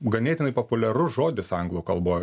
ganėtinai populiarus žodis anglų kalbo